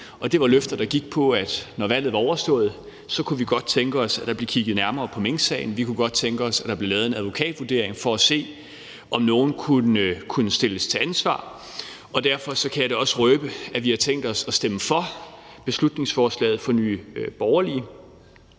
Det var løfter, der gik på, at når valget var overstået, kunne vi godt tænke os, at der blev kigget nærmere på minksagen. Vi kunne godt tænke os, at der blev lavet en advokatvurdering for at se, om nogen kunne stilles til ansvar. Og derfor kan jeg da også godt røbe, at vi har tænkt os at stemme for beslutningsforslaget fra Nye Borgerlige.